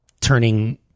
turning